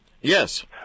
Yes